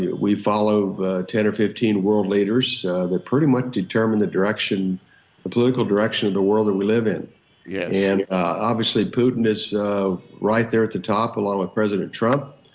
yeah we follow ten or fifteen world leaders that pretty much determine the direction political direction of the world that we live in yeah and obviously putin is right there at the top along with president trump,